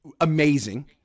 amazing